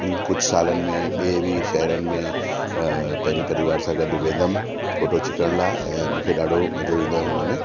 कुझु सालनि में ॿिए बि शहरनि में पंहिंजे परिवार सां गॾु वेंदमि फोटो छिकणि लाइ ऐं मूंखे ॾाढो मजो ईंदो आहे उनमें